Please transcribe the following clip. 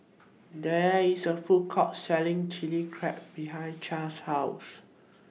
There IS A Food Court Selling Chilli Crab behind Chaz's House